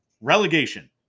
relegation